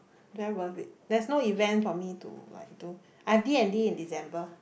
very worth it there's no event for me to like do ah D-and-D in December